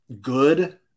good